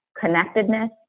connectedness